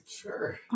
Sure